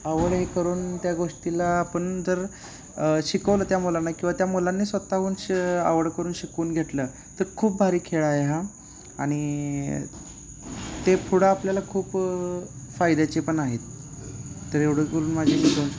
आवड हे करून त्या गोष्टीला आपण जर शिकवलं त्या मुलांना किंवा त्या मुलांनी स्वत हून श आवड करून शिकून घेतलं तर खूप भारी खेळ आहे हा आणि ते पुढं आपल्याला खूप फायद्याचे पण आहेत तर एवढं करून माझे मी दोन